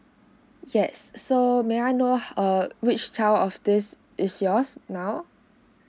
yes so may I know err which child of this is yours now